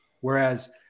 Whereas